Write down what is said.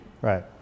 Right